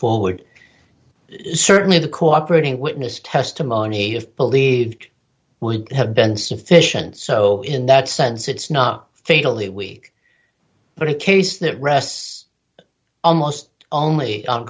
forward certainly the cooperating witness testimony if believed would have been sufficient so in that sense it's not fatally weak but a case that rests almost only on